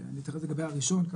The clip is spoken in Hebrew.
אני אתייחס לגבי הראשון.